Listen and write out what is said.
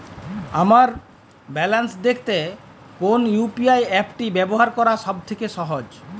আমার ব্যালান্স দেখতে কোন ইউ.পি.আই অ্যাপটি ব্যবহার করা সব থেকে সহজ?